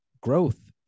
growth